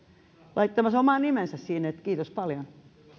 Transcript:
laittamassa oman nimensä siihen niin että kiitos paljon